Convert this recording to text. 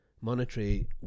monetary